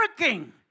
working